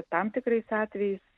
tam tikrais atvejais